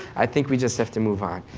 i think we just have to move on.